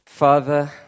Father